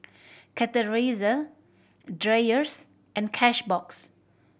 Chateraise Dreyers and Cashbox